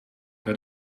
daar